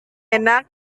enak